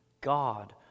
God